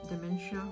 dementia